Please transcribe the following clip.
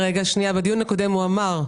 זה התכנון המפורט.